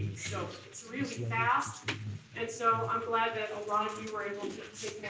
so it's really fast and so i'm glad that a lot of you were able